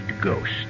ghost